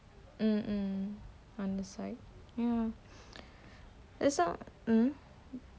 hmm hmm ya that's why hmm